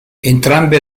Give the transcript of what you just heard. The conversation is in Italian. entrambe